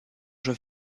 jeux